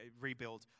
rebuild